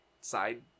side